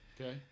Okay